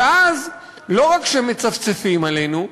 ואז לא רק שמצפצפים עלינו,